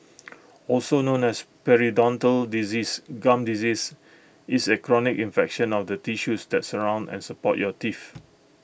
also known as periodontal disease gum disease is A chronic infection of the tissues that surround and support your teeth